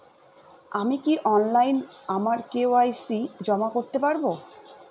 আমি কি অনলাইন আমার কে.ওয়াই.সি জমা করতে পারব?